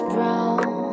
Brown